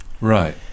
Right